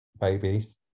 babies